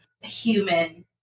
human